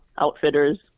outfitters